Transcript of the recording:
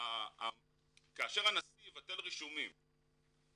כאשר הנשיא ימחק רישומים